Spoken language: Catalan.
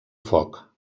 foc